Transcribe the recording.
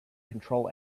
control